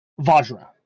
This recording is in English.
Vajra